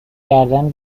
گردن